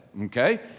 Okay